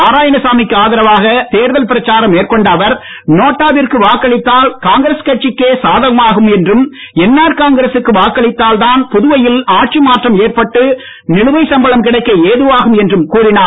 நாராயணசாமி க்கு ஆதரவாக தேர்தல் பிரச்சாரம் மேற்கொண்ட அவர் நோட்டா விற்கு வாக்களித்தால் காங்கிரஸ் கட்சிக்கே சாதகமாகும் என்றும் என்ஆர் காங்கிரசுக்கு வாக்களித்தால்தான் புதுவையில் ஆட்சி மாற்றம் ஏற்பட்டு நிலுவை சம்பளம் கிடைக்க ஏதுவாகும் என்றும் கூறினார்